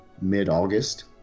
Mid-August